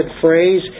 phrase